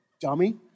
dummy